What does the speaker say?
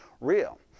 real